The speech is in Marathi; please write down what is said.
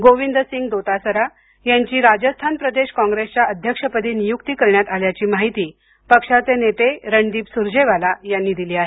गोविंद सिंग दोतासारा यांची राजस्थान प्रदेश कॉंग्रेसच्या अध्यक्षपदी नियुक्ती करण्यात आल्याची माहिती पक्षाचे नेते रणदीप सुरजेवाला यांनी दिली आहे